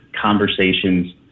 conversations